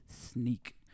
sneak